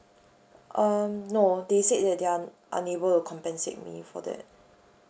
um no they said that they are unable to compensate me for that